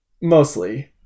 Mostly